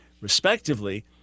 respectively